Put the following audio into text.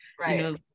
Right